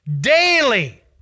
daily